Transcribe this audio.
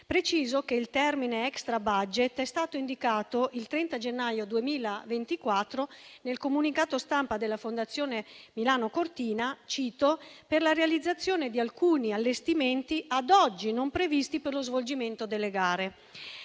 Preciso che il termine extrabudget è stato indicato il 30 gennaio 2024 nel comunicato stampa della Fondazione Milano-Cortina «per la realizzazione di alcuni allestimenti, ad oggi non previsti per lo svolgimento delle gare».